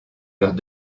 leurs